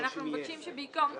אנחנו מבקשים שבמקום "התראה"